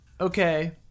Okay